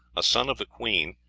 a son of the queen,